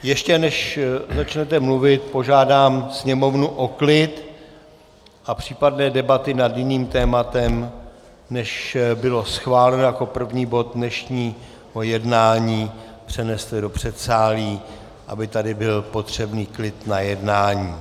Ještě než začnete mluvit, požádám Sněmovnu o klid a případné debaty nad jiným tématem, než bylo schváleno jako první bod dnešního jednání, přeneste do předsálí, aby tady byl potřebný klid na jednání.